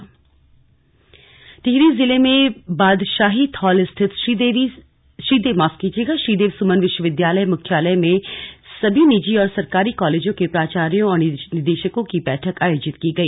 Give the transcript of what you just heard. slug बैठक टिहरी टिहरी जिले में बादशाहीथौल स्थित श्रीदेव सुमन विश्वविद्यालय मुख्यालय में सभी निजी और सरकारी कालेजों के प्राचार्यो और निदेशकों की बैठक आयोजित की गई